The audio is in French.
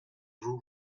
vous